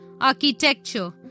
architecture